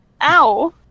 Ow